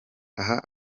aha